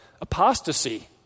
apostasy